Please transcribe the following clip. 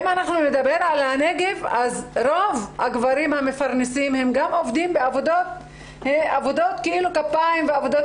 בנגב רוב הגברים המפרנסים גם עובדים בעבודות כפיים ועבודות